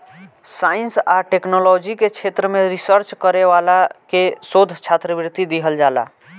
science आ technology के क्षेत्र में रिसर्च करे वाला के शोध छात्रवृत्ति दीहल जाला